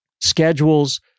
schedules